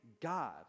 God